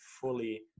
fully